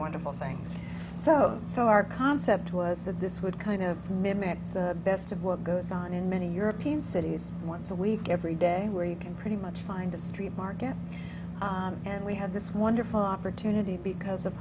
wonderful things so so our concept was that this would kind of mimic the best of what goes on in many european cities and once a week every day where you can pretty much find a street market and we have this wonderful opportunity because